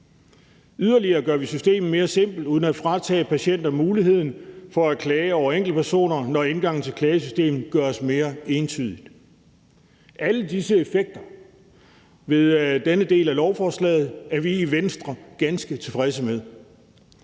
Yderligere gør vi systemet mere simpelt uden at fratage patienter muligheden for at klage over enkeltpersoner, når indgangen til klagesystemet gøres mere entydigt. Alle disse effekter ved denne del af lovforslaget er vi i Venstre ganske tilfredse med.